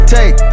Take